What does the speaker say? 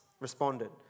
Responded